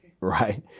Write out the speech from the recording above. right